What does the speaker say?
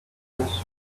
this